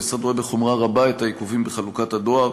המשרד רואה בחומרה רבה את העיכובים בחלוקת הדואר.